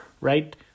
Right